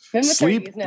Sleep